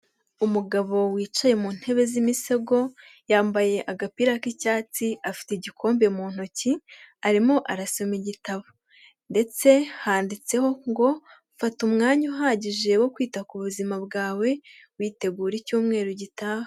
Umugabo wicaye mu ntebe z'imisego yambaye agapira k'icyatsi, afite igikombe mu ntoki arimo arasoma igitabo ndetse handitseho ngo fata umwanya uhagije wo kwita ku buzima bwawe witegura icyumweru gitaha.